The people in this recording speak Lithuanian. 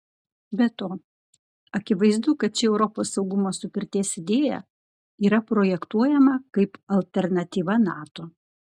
be to akivaizdu kad ši europos saugumo sutarties idėja yra projektuojama kaip alternatyva nato